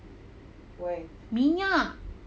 minyak